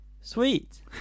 Sweet